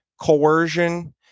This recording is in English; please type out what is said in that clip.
coercion